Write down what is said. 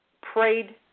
prayed